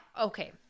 Okay